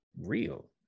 real